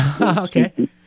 Okay